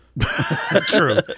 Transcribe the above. True